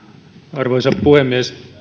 arvoisa puhemies